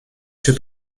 się